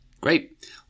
Great